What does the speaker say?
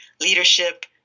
leadership